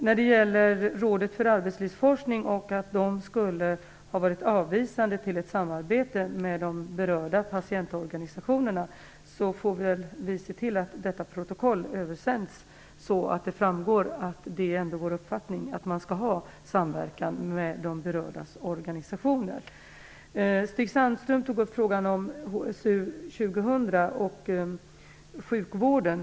När det gäller Rådet för arbetslivsforskning och påståendet att det skulle ha varit avvisande till ett samarbete med de berörda patientorganisationerna får vi se till att dagens protokoll översänds dit. Där framgår det att det är vår uppfattning att man skall ha samverkan med de berördas organisationer. Stig Sandström tog upp frågan om HSU 2000 och sjukvården.